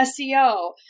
SEO